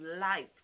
life